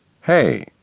Hey